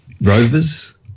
Rovers